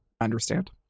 understand